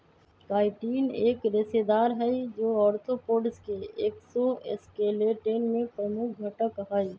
chitin एक रेशेदार हई, जो आर्थ्रोपोड्स के एक्सोस्केलेटन में प्रमुख घटक हई